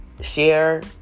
share